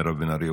מירב בן ארי,